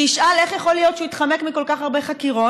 שישאל איך יכול להיות שהוא התחמק מכל כך הרבה חקירות.